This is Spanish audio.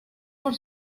por